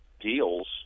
deals